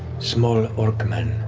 small orc man,